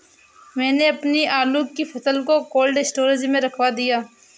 मैंने अपनी आलू की फसल को कोल्ड स्टोरेज में रखवा दिया